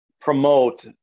promote